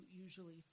usually